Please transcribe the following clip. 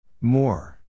More